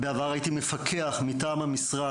בעבר הייתי מפקד מטעם המשרד,